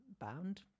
bound